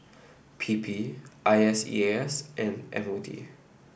P P I S E A S and M O D